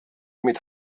mit